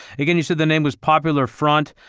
again, you said the name was popular front.